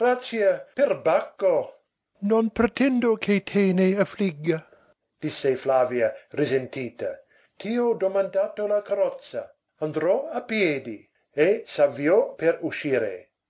disgrazia perbacco non pretendo che te ne affligga disse flavia risentita ti ho domandato la carrozza andrò a piedi e s'avviò per uscire